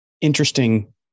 interesting